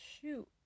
shoot